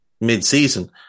mid-season